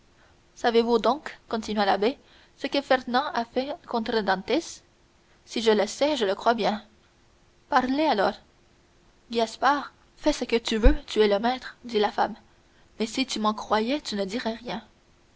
savez-vous donc continua l'abbé ce que fernand a fait contre dantès si je sais je le crois bien parlez alors gaspard fais ce que tu veux tu es le maître dit la femme mais si tu m'en croyais tu ne dirais rien